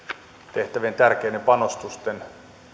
tehtävien tärkeiden panostusten